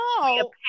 No